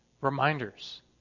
reminders